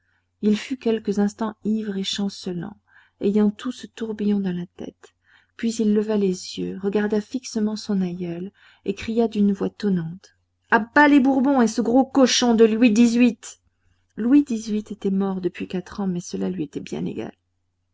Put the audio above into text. il fut quelques instants ivre et chancelant ayant tout ce tourbillon dans la tête puis il leva les yeux regarda fixement son aïeul et cria d'une voix tonnante à bas les bourbons et ce gros cochon de louis xviii louis xviii était mort depuis quatre ans mais cela lui était bien égal